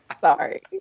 Sorry